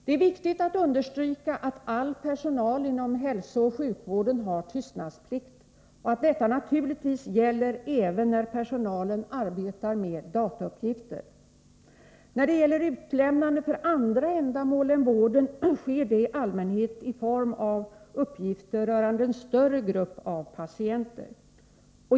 Det är viktigt att understryka att all personal inom hälsooch sjukvården har tystnadsplikt och att denna naturligtvis även gäller när personalen arbetar med datauppgifter. När uppgifter lämnas ut för andra ändamål än vården är det i allmänhet fråga om uppgifter som rör en större grupp patienter.